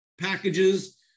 packages